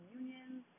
unions